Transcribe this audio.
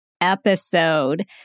episode